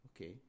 Okay